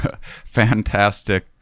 fantastic